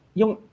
yung